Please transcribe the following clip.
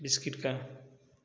biscuit का